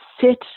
sit